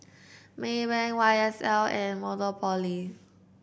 Maybank Y S L and Monopoly